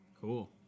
Cool